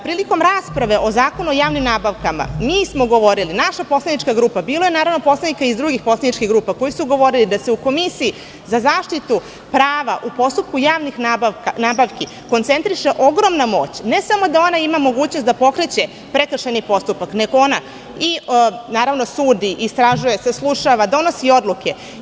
Prilikom rasprave o Zakonu o javnim nabavkama, govorili smo, naša poslanička grupa, bilo je naravno poslanika iz drugih poslaničkih grupa koji su govorili da se u Komisiji za zaštitu prava u postupku javnih nabavki koncentriše ogromna moć, ne samo da ona ima mogućnost da pokreće prekršajni postupak, nego ona sudi, istražuje, saslušava, donosi odluke.